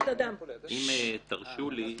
------ אם תרשו לי,